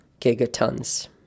gigatons